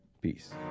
Peace